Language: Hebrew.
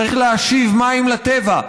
צריך להשיב מים לטבע,